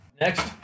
Next